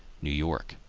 new york.